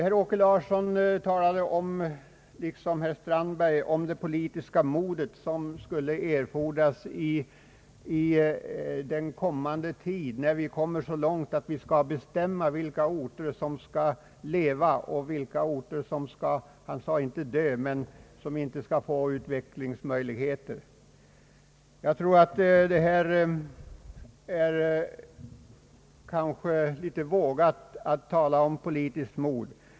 Herr Åke Larsson talade liksom. herr Strandberg om det politiska mod som skulle erfordras när vi kommer så långt att vi skall bestämma vilka orter som skall leva och vilka som inte skall få utvecklingsmöjligheter. Jag tycker att det är litet vågat att tala om politiskt mod.